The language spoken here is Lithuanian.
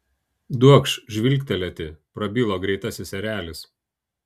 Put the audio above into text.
duokš žvilgtelėti prabilo greitasis erelis